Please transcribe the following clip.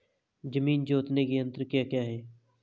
जमीन जोतने के यंत्र क्या क्या हैं?